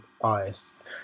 artists